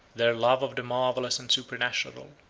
their love of the marvellous and supernatural,